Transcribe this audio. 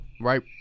right